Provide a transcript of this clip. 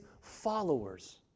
followers